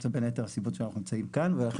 זאת בין היתר אחת הסיבות שאנחנו נמצאים כאן ולכן